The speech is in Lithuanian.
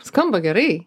skamba gerai